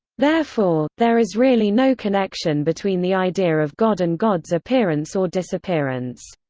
therefore, there is really no connection between the idea of god and god's appearance or disappearance.